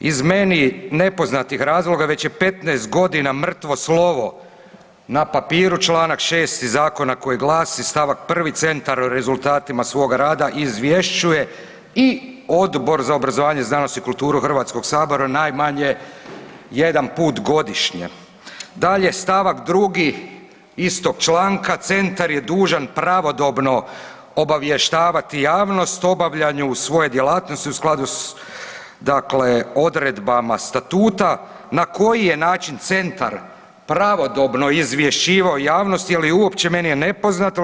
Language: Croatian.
Iz meni nepoznatih razloga već je 15 godina mrtvo slovo na papiru čl. 6. zakona koji glasi st. 1. „Centar o rezultatima svoga rada izvješćuje i Odbor za obrazovanje, znanost i kulturu HS-a najmanje jedan put godišnje.“ Dalje st. 2. istog članka „Centar je dužno pravodobno obavještavati javnost o obavljanju svoje djelatnosti u skladu s odredbama statuta.“ Na koji je način centar pravodobno izvješćivao javnost ili je uopće, meni je nepoznato.